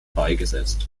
beigesetzt